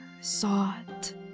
sought